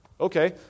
Okay